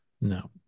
No